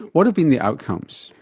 what have been the outcomes?